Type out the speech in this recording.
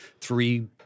three